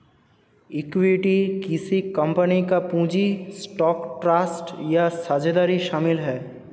equity किसी company का पूंजी स्टॉक ट्रस्ट या साझेदारी शामिल है